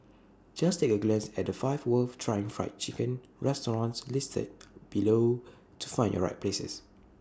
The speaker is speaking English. just take A glance at the five worth trying Fried Chicken restaurants listed below to find your right places